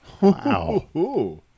Wow